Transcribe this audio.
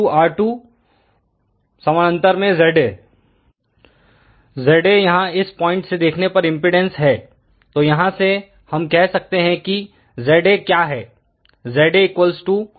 ZA ZA यहां इस point से देखने पर इंपेडेंस है तो यहां से हम कह सकते हैं कि ZA क्या है